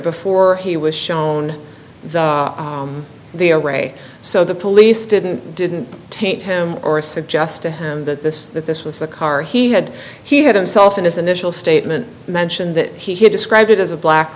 before he was shown the away so the police didn't didn't taint him or suggest to him that this that this was the car he had he had himself in his initial statement mention that he described it as a black